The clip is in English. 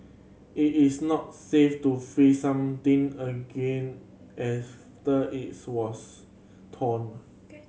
it is not safe to freeze something again after it was thawed